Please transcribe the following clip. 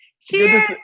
cheers